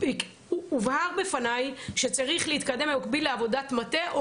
הובהר בפניי שצריך להתקדם במקביל לעבודת מטה או